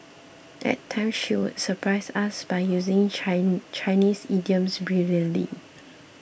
at times she would surprise us by using Chinese idioms brilliantly